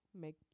make